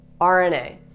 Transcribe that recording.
RNA